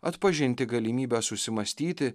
atpažinti galimybę susimąstyti